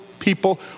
People